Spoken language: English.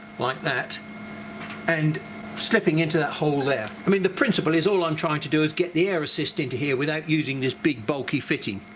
like that and slipping into that hole there. i mean the principle is all i'm trying to do is get the air assist into here without using this big bulky fitting.